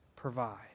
provide